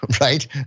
right